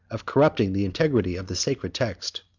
of corrupting the integrity of the sacred text.